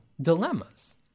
dilemmas